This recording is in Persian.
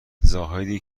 زاهدی